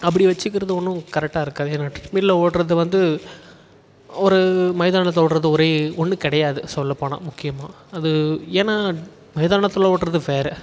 அப்படி வச்சுக்கிறது ஒன்றும் கரெக்டாக இருக்காது ஏனால் ட்ரெட்மில்லில் ஓடுறது வந்து ஒரு மைதானத்தை ஓடுறது ஒரே ஒன்று கிடையாது சொல்லப்போனால் முக்கியமாக அது ஏனால் மைதானத்தில் ஓடுறது வேறு